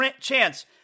chance